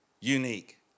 unique